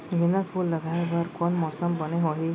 गेंदा फूल लगाए बर कोन मौसम बने होही?